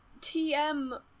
TM